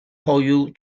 hoyw